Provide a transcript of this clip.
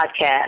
Podcast